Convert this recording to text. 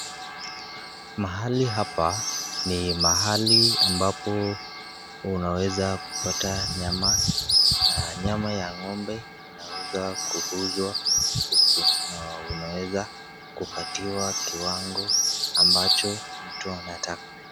Mahali hapa ni mahali ambapo unaweza kupata nyama na nyama ya ng'ombe inaweza kuuzwa huku na unaweza kukatiwa kiwango ambacho mtu anataka.